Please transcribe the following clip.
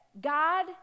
God